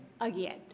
Again